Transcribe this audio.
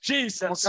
Jesus